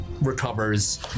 recovers